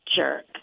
jerk